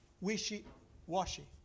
wishy-washy